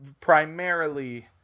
primarily